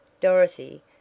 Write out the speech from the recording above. Dorothy